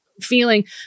feeling